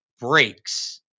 breaks